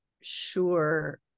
sure